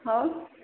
ହଁ